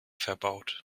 verbaut